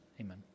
Amen